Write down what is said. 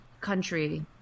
country